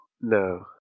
No